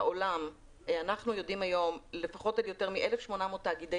אנחנו יודעים שהיום לפחות יותר מ-1,800 תאגידי